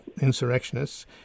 insurrectionists